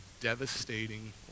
devastating